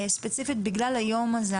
ספציפית בגלל היום הזה,